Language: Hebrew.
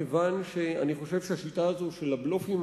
כיוון שאני חושב שהשיטה הזו של הבלופים